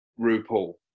RuPaul